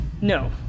No